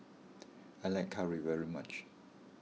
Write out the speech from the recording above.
I like curry very much